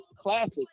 classic